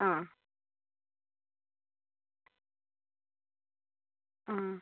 ആ ആ